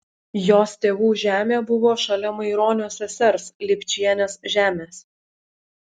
jos tėvų žemė buvo šalia maironio sesers lipčienės žemės